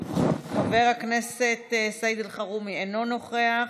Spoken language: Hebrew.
חבר הכנסת סעיד אלחרומי, אינו נוכח.